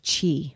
chi